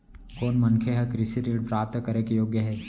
कोन मनखे ह कृषि ऋण प्राप्त करे के योग्य हे?